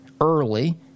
early